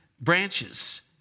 branches